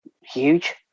huge